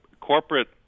corporate